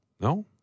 No